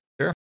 sure